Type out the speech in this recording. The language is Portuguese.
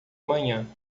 manhã